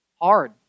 Hard